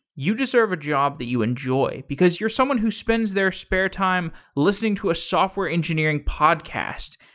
you deserve a job that you enjoy, because you're someone who spends their spare time listening to a software engineering podcast.